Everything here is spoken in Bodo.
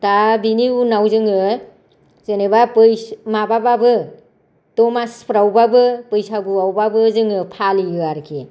दा बेनि उनाव जोङो जेनेबा बैसो माबा बाबो दमासिफ्रावबाबो बैसागुआवबाबो जोङो फालियो आरोखि